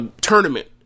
tournament